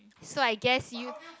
so I guess you